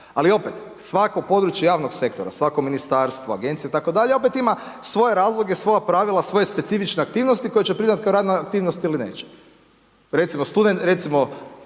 ali opet svako područje javnog sektora, svako ministarstvo, agencije itd. opet ima svoje razloge svoja pravila svoje specifične aktivnosti koje će priznati kao radne aktivnosti ili neće. Recimo, studentske